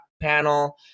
panel